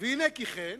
והנה כי כן,